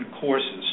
courses